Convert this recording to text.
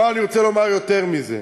אבל אני רוצה לומר יותר מזה.